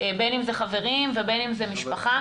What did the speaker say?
בין אם זה חברים ובין אם זה משפחה?